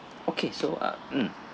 okay so uh mm